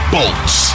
Bolts